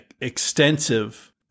extensive